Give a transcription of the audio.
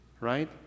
right